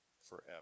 forever